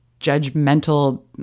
judgmental